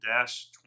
dash